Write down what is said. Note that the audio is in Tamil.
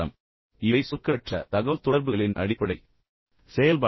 இப்போது இவை சொற்களற்ற தகவல்தொடர்புகளின் அடிப்படை செயல்பாடுகள்